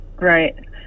Right